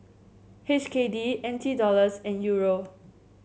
H K D N T Dollars and Euro